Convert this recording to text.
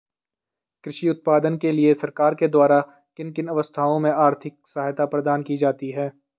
कृषि उत्पादन के लिए सरकार के द्वारा किन किन अवस्थाओं में आर्थिक सहायता प्रदान की जाती है?